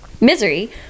Misery